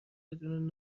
بدون